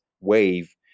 wave